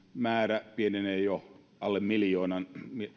määrä pienenee jo alle miljoonan